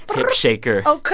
hip shaker oh,